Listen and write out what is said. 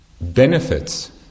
benefits